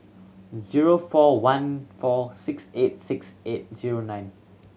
zero four one four six eight six eight zero nine